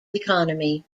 economy